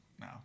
No